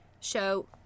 Show